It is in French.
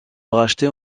racheter